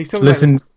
listen